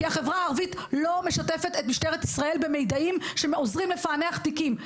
כי החברה הערבית לא משתפת את משטרת ישראל במיידעים שעוזרים לפענח תיקים,